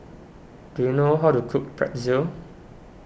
do you know how to cook Pretzel